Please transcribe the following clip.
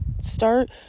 start